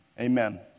amen